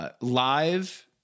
live